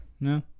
No